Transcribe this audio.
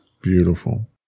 Beautiful